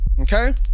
okay